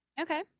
Okay